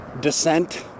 descent